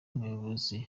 umuyobozi